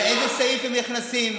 על איזה סעיף הם נכנסים?